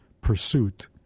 pursuit